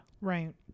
right